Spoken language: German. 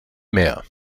mehr